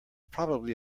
probably